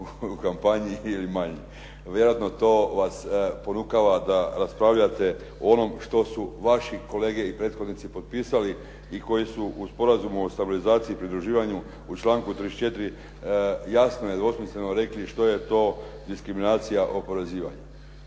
u kampanji ili manji, vjerojatno to vas ponukava da raspravljate o onome što su vaši kolege i prethodnici potpisali i koji su u Sporazumu o stabilizaciji i pridruživanju u članku 34. jasno i nedvosmisleno rekli što je to diskriminacija oporezivanja.